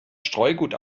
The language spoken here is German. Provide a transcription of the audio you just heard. streugut